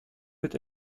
peut